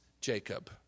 Jacob